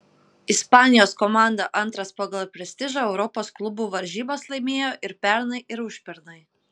ispanijos komanda antras pagal prestižą europos klubų varžybas laimėjo ir pernai ir užpernai